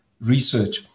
research